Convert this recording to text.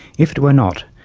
if it were not,